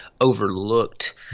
overlooked